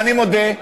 ואני מודה,